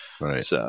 Right